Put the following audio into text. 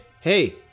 Hey